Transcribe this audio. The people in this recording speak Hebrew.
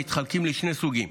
הנחלקים לשני סוגים: